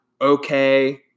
okay